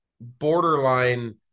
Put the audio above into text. borderline